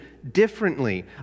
differently